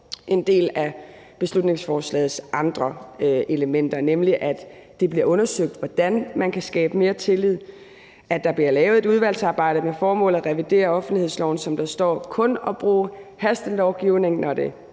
en del af beslutningsforslagets andre elementer, nemlig at det bliver undersøgt, hvordan man kan skabe mere tillid, at der bliver lavet et udvalgsarbejde med det formål at revidere offentlighedsloven, som der står, kun at bruge hastelovgivning, når det